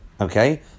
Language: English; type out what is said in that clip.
okay